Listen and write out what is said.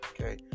okay